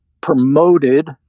promoted